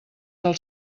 del